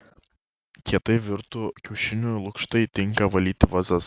kietai virtų kiaušinių lukštai tinka valyti vazas